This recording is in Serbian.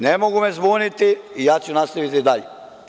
Ne mogu me zbuniti i ja ću nastaviti dalje.